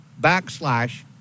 backslash